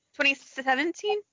2017